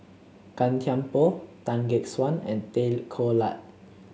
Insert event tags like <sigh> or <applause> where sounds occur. Gan Thiam Poh Tan Gek Suan and Tay Koh <unintelligible>